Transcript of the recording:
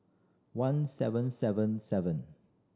one seven seven seven